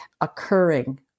occurring